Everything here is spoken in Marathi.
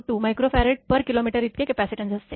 102 Fkmइतकी कॅपॅसिटन्स असते